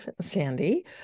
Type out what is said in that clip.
Sandy